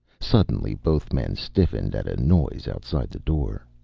suddenly both men stiffened at a noise outside the door.